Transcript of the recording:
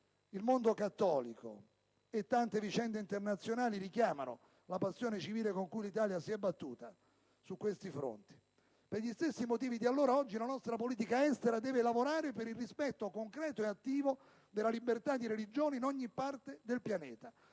il mondo cattolico e tante vicende internazionali richiamano la passione civile con cui l'Italia si è battuta su questi fronti. Per gli stessi motivi di allora, oggi la nostra politica estera deve lavorare per il rispetto concreto e attivo della libertà di religione in ogni parte del pianeta,